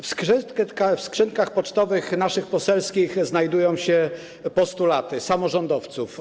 W skrzynkach pocztowych, naszych, poselskich, znajdują się postulaty samorządowców.